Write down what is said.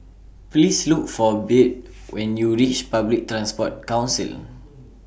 Please Look For Byrd when YOU REACH Public Transport Council